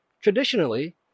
traditionally